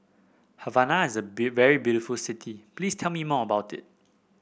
Havana is a very beautiful city Please tell me more about it